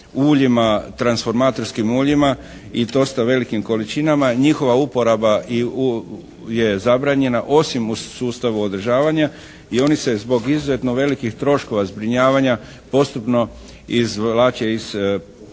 transformatorskim uljima i dosta velikim količinama. Njihova uporaba i u, je zabranjena, osim u sustavu održavanja. I oni se zbog izuzetno velikih troškova zbrinjavanja postupno izvlače iz primjene